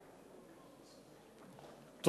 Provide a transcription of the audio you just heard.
בבקשה.